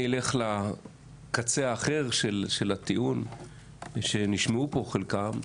אלך לקצה האחר של הטיעון שנשמעו פה חלקן,